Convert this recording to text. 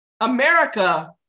America